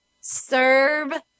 Serve